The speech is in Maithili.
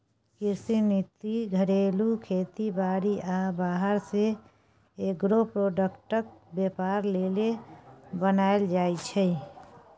कृषि नीति घरेलू खेती बारी आ बाहर सँ एग्रो प्रोडक्टक बेपार लेल बनाएल जाइ छै